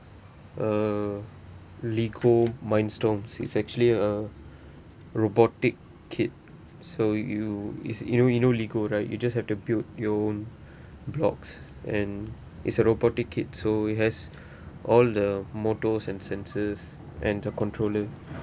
a Lego Mindstorms is actually a robotic kit so you is you know you know Lego right you just have to build your own blocks and it's a robotic kit so it has all the motors and sensors and the controller